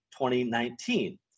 2019